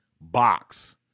box